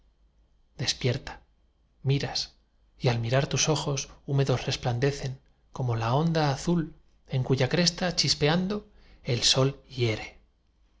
despierta miras y al mirar tus ojos húmedos resplandecen como la onda azul en cuya cresta chispeando el sol hiere